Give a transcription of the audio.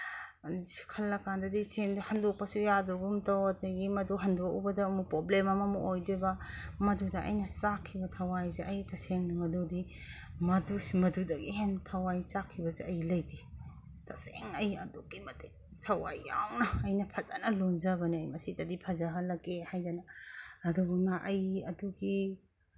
ꯈꯜꯂꯀꯥꯟꯗꯗꯤ ꯁꯦꯟꯗꯣ ꯍꯟꯗꯣꯛꯄꯁꯨ ꯌꯥꯗꯒꯨꯝ ꯇꯧ ꯑꯗꯒꯤ ꯃꯗꯨ ꯍꯟꯗꯣꯛꯎꯕꯗ ꯑꯃꯨꯛ ꯄ꯭ꯔꯣꯕ꯭ꯂꯦꯝ ꯑꯃꯃꯨꯛ ꯑꯣꯏꯗꯣꯏꯕ ꯃꯗꯨꯗ ꯑꯩꯅ ꯆꯥꯛꯈꯤꯕ ꯊꯋꯥꯏꯁꯦ ꯑꯩ ꯇꯁꯦꯡꯅ ꯃꯗꯨꯗꯤ ꯃꯗꯨꯗꯒꯤ ꯍꯦꯟꯅ ꯊꯋꯥꯏ ꯆꯥꯛꯈꯤꯕꯁꯦ ꯑꯩ ꯂꯩꯇꯦ ꯇꯁꯦꯡꯅ ꯑꯩ ꯑꯗꯨꯛꯀꯤ ꯃꯇꯤꯛ ꯊꯋꯥꯏ ꯌꯥꯎꯅ ꯑꯩꯅ ꯐꯖꯅ ꯂꯣꯟꯖꯕꯅꯦ ꯑꯩ ꯃꯁꯤꯗꯗꯤ ꯐꯖꯍꯜꯂꯒꯦ ꯍꯥꯏꯗꯅ ꯑꯗꯨꯕꯨ ꯏꯃꯥ ꯑꯩ ꯑꯗꯨꯒꯤ